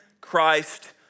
Christ